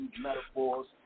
metaphors